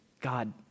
God